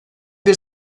bir